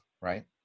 right